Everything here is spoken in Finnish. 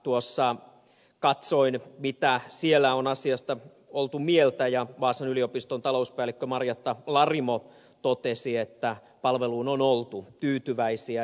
tuossa katsoin mitä siellä on asiasta oltu mieltä ja vaasan yliopiston talouspäällikkö marjatta larimo totesi että palveluun on oltu tyytyväisiä